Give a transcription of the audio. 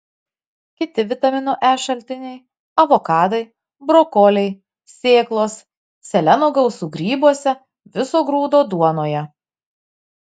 kiti vitamino e šaltiniai avokadai brokoliai sėklos seleno gausu grybuose viso grūdo duonoje